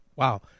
Wow